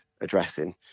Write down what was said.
addressing